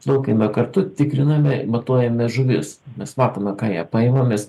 plaukiame kartu tikriname matuojame žuvis mes matome ką jie paima mes